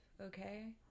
okay